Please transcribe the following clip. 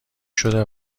شده